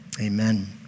amen